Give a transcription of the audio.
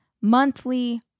monthly